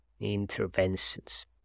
interventions